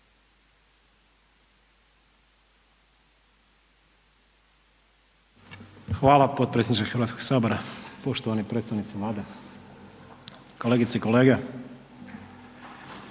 Hvala potpredsjedniče Hrvatskoga sabora, poštovani predstavnici Vlade, kolegice i kolege.